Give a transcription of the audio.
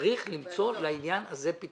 צריך למצוא לעניין הזה פתרון.